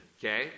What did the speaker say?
okay